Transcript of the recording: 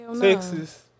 Texas